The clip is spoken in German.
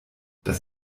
das